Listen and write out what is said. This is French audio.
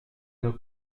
nos